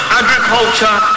agriculture